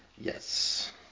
Yes